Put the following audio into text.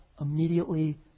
immediately